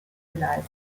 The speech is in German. geleistet